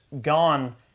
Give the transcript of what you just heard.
gone